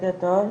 בוקר טוב,